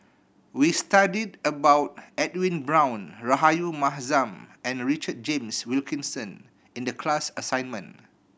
we studied about Edwin Brown Rahayu Mahzam and Richard James Wilkinson in the class assignment